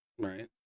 Right